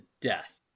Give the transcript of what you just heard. death